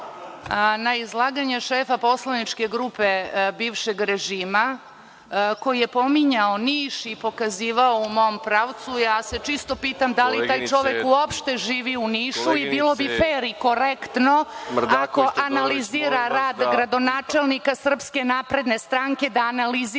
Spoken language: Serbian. na izlaganje šefa poslaničke grupe bivšeg režima koji je pominjao Niš i pokazivao u mom pravcu. Čisto se pitam da li taj čovek uopšte živi u Nišu i bilo bi fer i korektno ako analizira rad gradonačelnika SNS da analizira